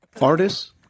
Artists